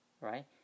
right